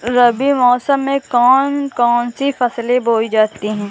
रबी मौसम में कौन कौन सी फसलें बोई जाती हैं?